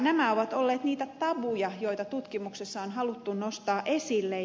nämä ovat olleet niitä tabuja joita tutkimuksessa on haluttu nostaa esille